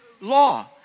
law